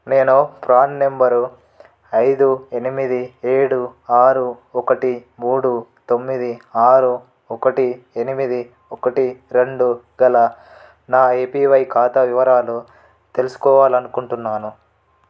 నేను PRAN number ఐదు ఎనిమిది ఏడు ఆరు ఒకటి మూడు తొమ్మిది ఆరు ఒకటి ఎనిమిది ఒకటి రెండు గల నా ఏపివై ఖాతా వివరాలు తెలుసుకోవాలనుకుంటున్నాను